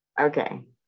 Okay